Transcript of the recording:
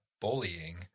bullying